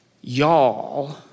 Y'all